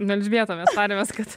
elžbieta mes tarėmės kad